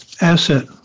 asset